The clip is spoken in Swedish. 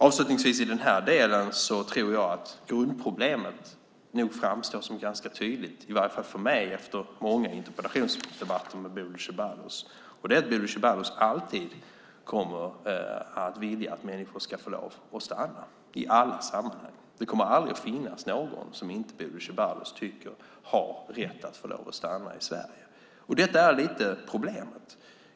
Avslutningsvis i denna del tror jag att grundproblemet nog framstår som ganska tydligt, i varje fall för mig efter många interpellationsdebatter med Bodil Ceballos, nämligen att Bodil Ceballos alltid kommer att vilja att människor i alla sammanhang ska få lov att stanna här. Det kommer aldrig att finnas någon som Bodil Ceballos tycker inte har rätt att få stanna i Sverige. Detta är lite grann problemet.